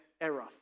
error